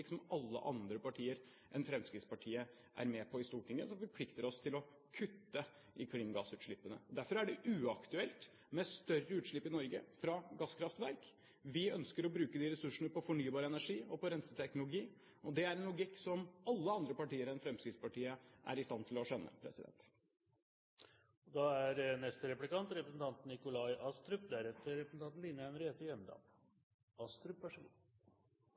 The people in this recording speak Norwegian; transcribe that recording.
klimaforlik som alle partier, bortsett fra Fremskrittspartiet, er med på i Stortinget, og som forplikter oss til å kutte i klimagassutslippene. Derfor er det uaktuelt med større utslipp fra gasskraftverk i Norge. Vi ønsker å bruke de ressursene på fornybar energi og på renseteknologi. Det er en logikk som alle andre partier enn Fremskrittspartiet er i stand til å skjønne. Representanten Serigstad Valen refererte til Høyres glideflukt i klimapolitikken. Det er